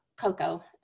Coco